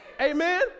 Amen